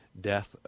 death